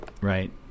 right